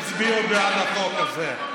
הצביעו בעד החוק הזה.